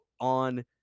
on